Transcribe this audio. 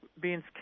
Beans